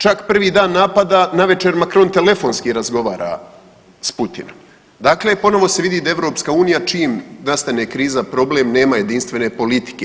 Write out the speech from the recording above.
Čak prvi dan napada navečer Macron telefonski razgovara s Putinom, dakle ponovo se vidi da EU čim nastane kriza, problem, nema jedinstvene politike.